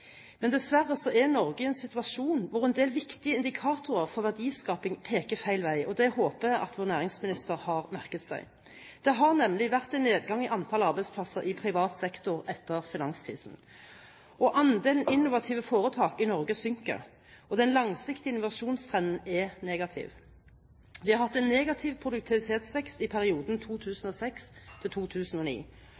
Men dessverre er Norge i en situasjon hvor en del viktige indikatorer for verdiskaping peker feil vei. Det håper jeg at vår næringsminister har merket seg. Det har nemlig vært en nedgang i antall arbeidsplasser i privat sektor etter finanskrisen. Andelen innovative foretak i Norge synker, og den langsiktige innovasjonstrenden er negativ. Vi har hatt en negativ produktivitetsvekst i perioden